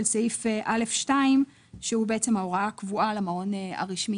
סעיף (א2) שהוא ההוראה הקבועה למעון הרשמי.